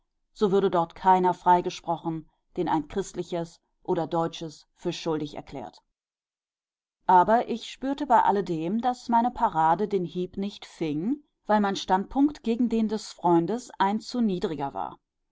so würde dort keiner freigesprochen den ein christliches oder deutsches für schuldig erklärt aber ich spürte bei alledem daß meine parade den hieb nicht fing weil mein standpunkt gegen den des freundes ein zu niedriger war